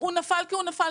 הוא נפל כי הוא נפל.